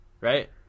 right